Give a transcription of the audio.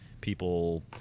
people